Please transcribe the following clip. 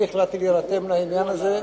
אני החלטתי להירתם לעניין הזה,